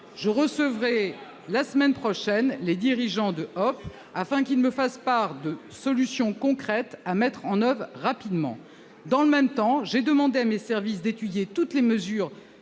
Je recevrai la semaine prochaine les dirigeants de Hop ! afin qu'ils me fassent part de solutions concrètes à mettre en oeuvre rapidement. Dans le même temps, j'ai demandé à mes services d'étudier toutes les mesures